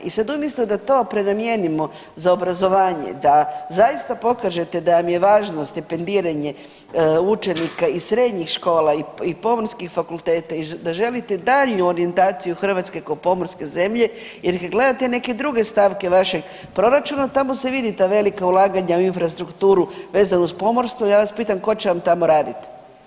I sad umjesto da to prenamijenimo za obrazovanje da zaista pokažete da vam je važno stipendiranje učenika i srednjih škola i pomorskih fakulteta i da želite daljnju orijentaciju Hrvatske ko pomorske zemlje jer kad gledate neke druge stavke vašeg proračuna tamo se vidi ta velika ulaganja u infrastrukturu vezanu uz pomorstvo, ja vas pitam tko će vam tamo raditi.